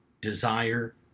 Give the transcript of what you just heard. desire